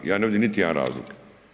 Ja ne vidim niti jedan razlog.